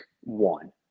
one